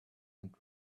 and